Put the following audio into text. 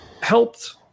helped